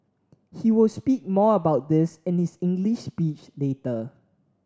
he will speak more about this in his English speech later